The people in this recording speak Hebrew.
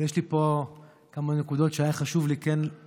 אבל יש לי פה כמה נקודות שכן היה חשוב לי לומר,